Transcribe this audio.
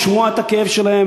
לשמוע את הכאב שלהם,